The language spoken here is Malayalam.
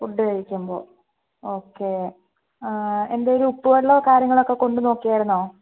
ഫുഡ് കഴിക്കുമ്പോൾ ഓക്കെ എന്തേലും ഉപ്പു വെള്ളമോ കാര്യങ്ങളൊക്കെ കൊണ്ട് നോക്കിയായിരുന്നോ